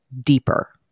deeper